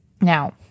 Now